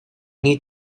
need